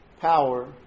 power